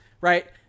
right